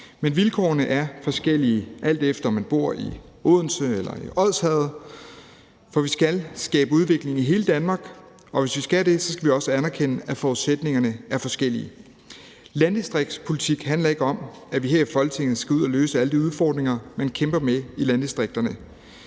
Men vilkårene er forskellige, alt efter om man bor i Odense eller i Odsherred, for vi skal skabe udvikling i hele Danmark, og hvis vi skal det, skal vi også anerkende, at forudsætningerne er forskellige. Landdistriktspolitik handler ikke om, at vi her i Folketinget skal ud at løse alle de udfordringer, man kæmper med i landdistrikterne,